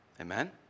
Amen